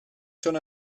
schon